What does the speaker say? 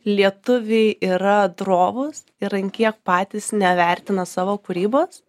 lietuviai yra drovūs ir ant kiek patys nevertina savo kūrybos